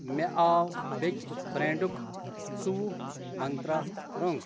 مےٚ آو بیٚیہِ برٛینٛڈُک ژوٚوُہ منترٛا رۄنٛگ